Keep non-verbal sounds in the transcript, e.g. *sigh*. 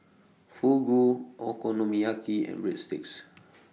Fugu Okonomiyaki and Breadsticks *noise*